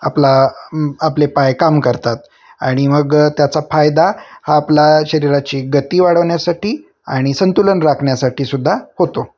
आपला आपले पाय काम करतात आणि मग त्याचा फायदा हा आपला शरीराची गती वाढवण्यासाठी आणि संतुलन राखण्यासाठी सुद्धा होतो